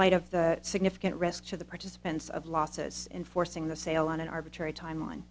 light of that significant risk to the participants of losses in forcing the sale on an arbitrary time